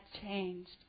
changed